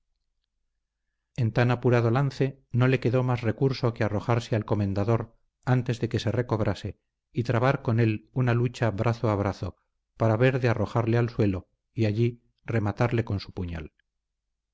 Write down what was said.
en tan apurado trance no le quedó más recurso que arrojarse al comendador antes de que se recobrase y trabar con él una lucha brazo a brazo para ver de arrojarle al suelo y allí rematarle con su puñal